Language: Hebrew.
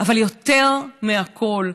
אבל יותר מהכול,